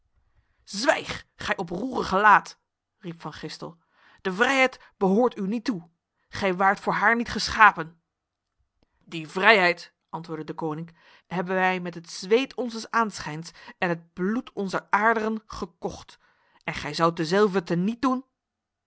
zwijg gij oproerige laat riep van gistel de vrijheid behoort u niet toe gij waart voor haar niet geschapen die vrijheid antwoordde deconinck hebben wij met het zweet onzes aanschijns en het bloed onzer aderen gekocht en gij zoudt dezelve tenietdoen